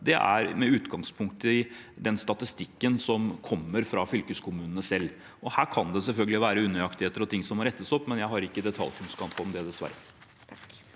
lagt med utgangspunkt i den statistikken som kommer fra fylkeskommunene selv. Her kan det selvfølgelig være unøyaktigheter og ting som må rettes opp, men jeg har dessverre ikke detaljkunnskap om det. Presidenten